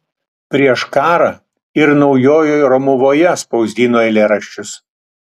prieš karą ir naujojoj romuvoje spausdino eilėraščius